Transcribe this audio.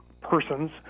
persons